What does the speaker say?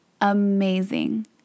amazing